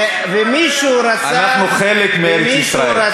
ומישהו רצה, אנחנו חלק מארץ-ישראל.